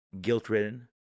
guilt-ridden